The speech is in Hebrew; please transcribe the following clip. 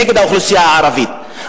נגד האוכלוסייה הערבית,